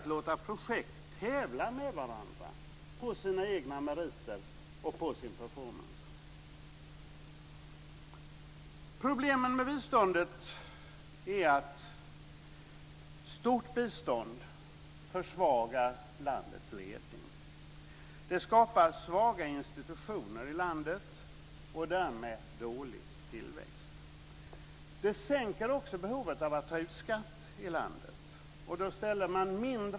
Problemen med biståndet är att ett stort bistånd försvagar landets ledning. Det skapar svaga institutioner i landet och därmed dålig tillväxt. Det sänker också behovet av att ta ut skatt i landet.